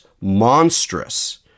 monstrous